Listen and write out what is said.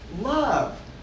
love